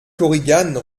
korigane